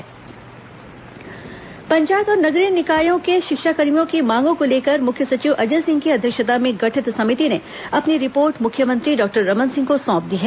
शिक्षाकर्मी रिपोर्ट पंचायत और नगरीय निकायों के शिक्षाकर्मियों की मांगों को लेकर मुख्य सचिव अजय सिंह की अध्यक्षता में गठित समिति ने अपनी रिपोर्ट मुख्यमंत्री डॉक्टर रमन सिंह को सौंप दी है